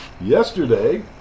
yesterday